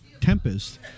Tempest